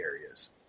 areas